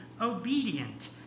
Obedient